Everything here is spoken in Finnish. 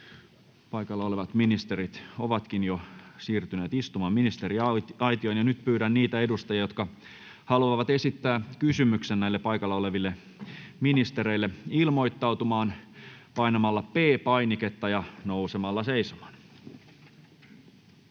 Paikalla olevat ministerit ovatkin jo siirtyneet istumaan ministeriaitioon. Nyt pyydän niitä edustajia, jotka haluavat esittää kysymyksen näille paikalla oleville ministerille, ilmoittautumaan painamalla P-painiketta ja nousemalla seisomaan.